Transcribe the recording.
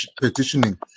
petitioning